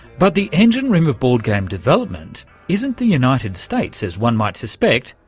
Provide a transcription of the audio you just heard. but the engine room of board game development isn't the united states as one might suspect,